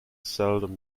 seldom